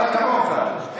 אבל כמוך.